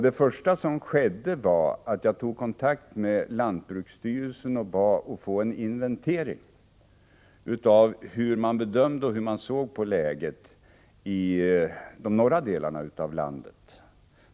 Det första som skedde var att jag tog kontakt med lantbruksstyrelsen och bad om en inventering. Jag ville veta hur man bedömde och hur man såg på läget i de norra delarna av landet.